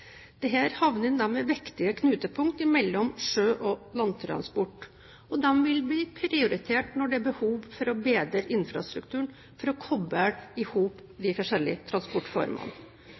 viktige knutepunkt mellom sjø- og landtransport, og de vil bli prioritert når det er behov for å bedre infrastrukturen for å koble sammen de forskjellige transportformene.